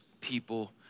people